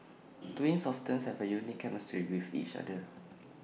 twins often have A unique chemistry with each other